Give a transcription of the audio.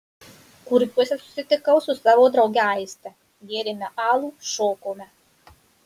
kurpiuose susitikau su savo drauge aiste gėrėme alų šokome